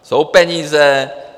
Jsou peníze!